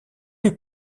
les